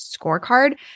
scorecard